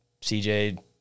CJ